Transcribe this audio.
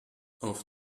auf